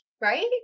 Right